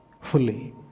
fully